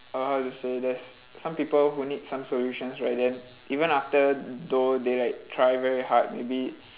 uh how to say there's some people who need some solutions right then even after though they like try very hard maybe